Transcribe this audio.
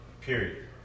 Period